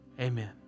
amen